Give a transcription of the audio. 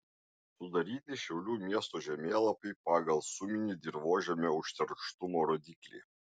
sudaryti šiaulių miesto žemėlapiai pagal suminį dirvožemio užterštumo rodiklį